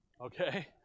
Okay